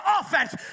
offense